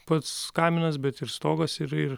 pats kaminas bet ir stogas ir ir